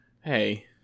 Hey